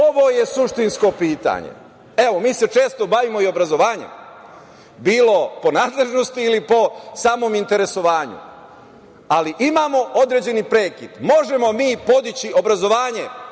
Ovo je suštinsko pitanje. Evo, mi se često bavimo i obrazovanjem, bilo po nadležnosti ili po samom interesovanju, ali imamo određeni prekid. Možemo mi podići obrazovanje